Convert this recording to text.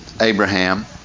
Abraham